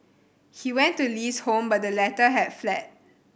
he went to Li's home but the latter had fled